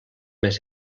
més